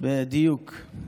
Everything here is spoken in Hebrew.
זה מה שכתוב, אז אני מקריא בדיוק.